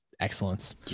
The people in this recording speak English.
excellence